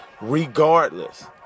regardless